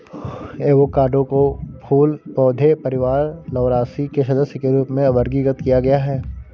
avocado को फूल पौधे परिवार लौरासी के सदस्य के रूप में वर्गीकृत किया गया है